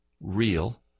real